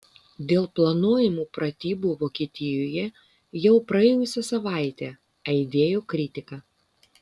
dėl planuojamų pratybų vokietijoje jau praėjusią savaitę aidėjo kritika